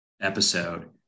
episode